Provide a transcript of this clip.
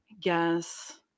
yes